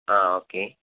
ആ ഓക്കെ